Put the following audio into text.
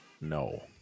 No